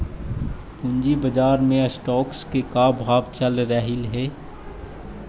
पूंजी बाजार में स्टॉक्स के क्या भाव चल रहलई हे